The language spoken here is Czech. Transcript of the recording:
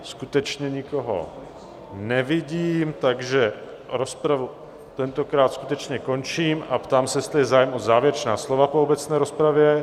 Skutečně nikoho nevidím, takže rozpravu tentokrát skutečně končím a ptám se, jestli je zájem o závěrečná slova po obecné rozpravě?